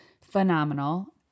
Phenomenal